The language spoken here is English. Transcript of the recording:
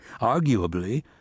arguably